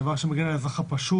זה דבר שמגן על האזרח הפשוט,